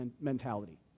mentality